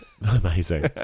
Amazing